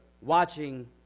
watching